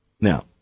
Now